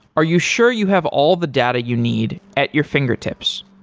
are you sure you have all the data you need at your fingertips?